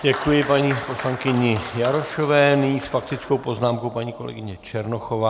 Děkuji paní poslankyni Jarošové, nyní s faktickou poznámkou paní kolegyně Černochová.